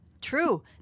True